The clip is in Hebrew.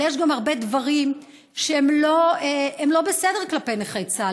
אבל יש גם הרבה דברים שהם לא בסדר כלפי נכי צה"ל,